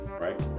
right